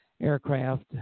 aircraft